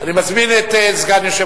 זה בגללו,